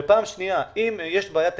ואם יש בעיית תקציב,